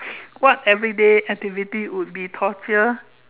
what everyday activity would be torture